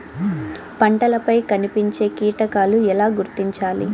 పంటలపై కనిపించే కీటకాలు ఎలా గుర్తించాలి?